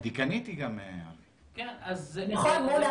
הדיקנית היא גם --- נכון, מונא.